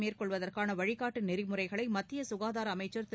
மேற்கொள்வதற்கான வழிகாட்டு நெறிமுறைகளை மத்திய சுகாதார அமைச்சர் திரு